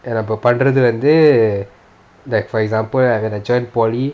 நான் இப்போ பண்றது வந்து:naan ipo panrathu vanthu like for example when I join polytechnic